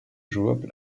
jouable